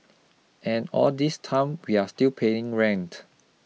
and all this time we are still paying rent